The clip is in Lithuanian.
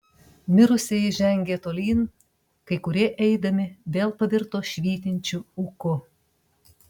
mirusieji žengė tolyn kai kurie eidami vėl pavirto švytinčiu ūku